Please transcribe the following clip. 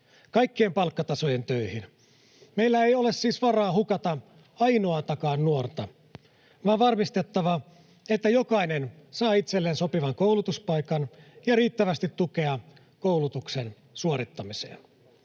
kaikkien palkkatasojen töihin. Meillä ei ole siis varaa hukata ainoatakaan nuorta, vaan on varmistettava, että jokainen saa itselleen sopivan koulutuspaikan ja riittävästi tukea koulutuksen suorittamiseen.